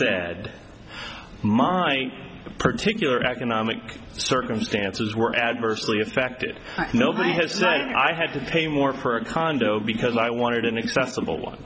id my particular economic circumstances were adversely affected nobody has done i had to pay more for a condo because i wanted an acceptable one